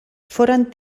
foren